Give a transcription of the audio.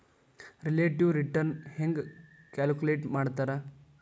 relative return ಹೆಂಗ calculate ಮಾಡ್ತಾರಾ